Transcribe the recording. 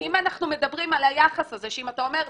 אם אנחנו מדברים על היחס הזה שאם אתה אומר,